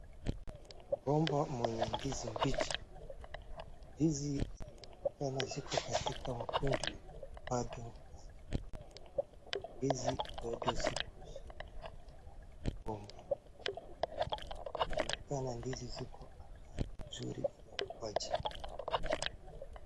Ni mgomba wenye ndizi mbichi. Ndizi zikotena katika makundini na bado hazijakomaa. Ndizi bado ziko shinani na mgomba. Inaonekana ndizi ziko hali nzuri ya ukuaji.